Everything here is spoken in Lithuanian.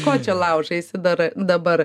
ko čia laužaisi dar dabar